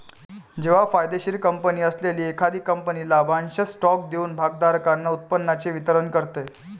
जेव्हा फायदेशीर कंपनी असलेली एखादी कंपनी लाभांश स्टॉक देऊन भागधारकांना उत्पन्नाचे वितरण करते